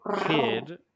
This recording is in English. kid